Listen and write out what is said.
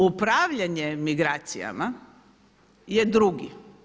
Upravljanje migracijama je drugi.